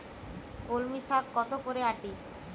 কলমি শাখ কত করে আঁটি?